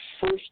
first